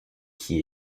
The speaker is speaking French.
qui